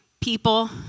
people